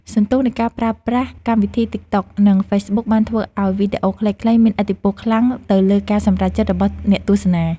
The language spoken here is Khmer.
សន្ទុះនៃការប្រើប្រាស់កម្មវិធីតិកតុក និងហ្វេសប៊ុកបានធ្វើឱ្យវីដេអូខ្លីៗមានឥទ្ធិពលខ្លាំងទៅលើការសម្រេចចិត្តរបស់អ្នកទស្សនា។